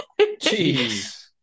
Jeez